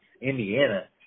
Indiana